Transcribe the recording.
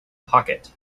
pocket